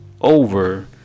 over